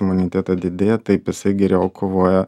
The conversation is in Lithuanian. imunitetą didėja taip jisai geriau kovoja